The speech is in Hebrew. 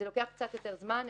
הבנתי שזה לוקח קצת יותר זמן,